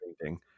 painting